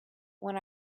when